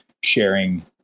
sharing